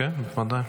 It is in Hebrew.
כן, בוודאי.